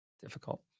difficult